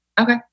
Okay